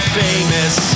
famous